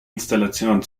installation